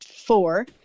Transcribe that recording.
four